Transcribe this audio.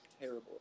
terrible